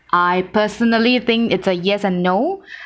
I personally think it's a yes and no